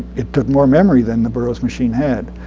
it took more memory than the burroughs machine had,